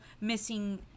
missing